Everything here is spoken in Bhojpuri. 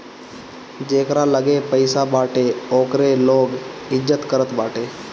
जेकरा लगे पईसा बाटे ओकरे लोग इज्जत करत बाटे